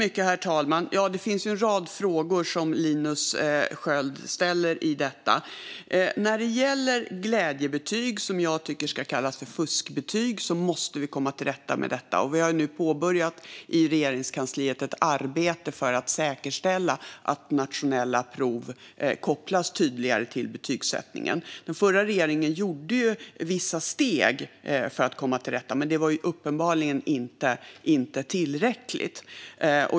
Herr talman! Det är en rad frågor som Linus Sköld ställer. Detta med glädjebetyg, som jag tycker ska kallas fuskbetyg, måste vi komma till rätta med. Vi har nu i Regeringskansliet påbörjat ett arbete för att säkerställa att nationella prov tydligare kopplas till betygsättningen. Den förra regeringen tog vissa steg för att komma till rätta med detta, men det var uppenbarligen inte tillräckligt.